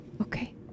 Okay